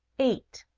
eight.